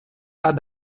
pas